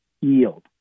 yield